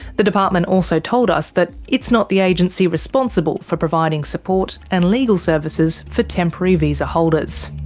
the department also told us that it's not the agency responsible for providing support and legal services for temporary visa holders.